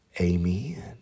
Amen